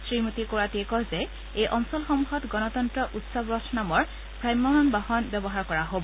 শ্ৰীমতী কোৰাচীয়ে কয় যে এই অঞ্চলসমূহত গণতন্ত্ৰ উৎসৱ ৰথ নামৰ ভ্ৰাম্যমান বাহন ব্যৱহাৰ কৰা হব